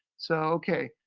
so okay,